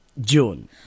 June